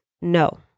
No